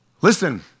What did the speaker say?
Listen